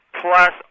plus